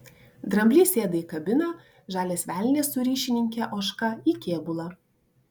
dramblys sėda į kabiną žalias velnias su ryšininke ožka į kėbulą